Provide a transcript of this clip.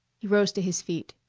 he rose to his feet.